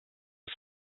his